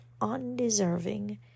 undeserving